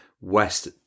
West